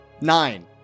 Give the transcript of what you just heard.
Nine